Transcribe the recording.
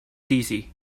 dizzy